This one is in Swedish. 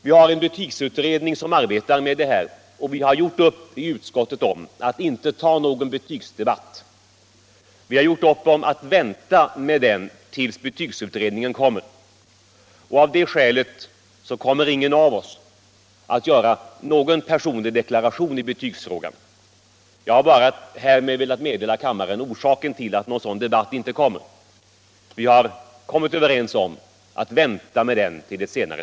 Vi har en betygsutredning som arbetar med de frågorna, och i utskottet har vi gjort upp om att inte ha någon betygsdebatt utan vänta med den till dess betygsutredningens betänkande föreligger. Av det skälet kommer ingen av oss att göra några personliga deklarationer i betygsfrågan. Jag har här bara velat meddela kammaren orsaken till att någon sådan debatt inte kommer att föras.